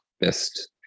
best